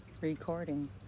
recording